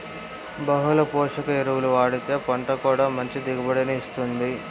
బహుళ పోషక ఎరువులు వాడితే పంట కూడా మంచి దిగుబడిని ఇత్తుంది